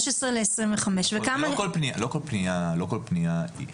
לא כל פנייה,